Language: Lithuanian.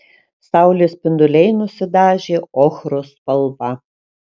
saulės spinduliai nusidažė ochros spalva